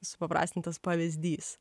supaprastintas pavyzdys